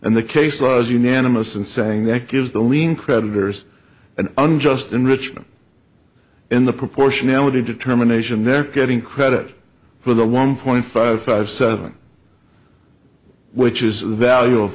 and the case was unanimous in saying that gives the lien creditors an unjust enrichment in the proportionality determination they're getting credit for the one point five five seven which is the value of